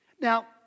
Now